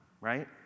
Right